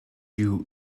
you